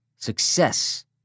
success